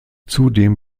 zudem